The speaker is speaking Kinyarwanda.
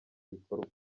bikorwa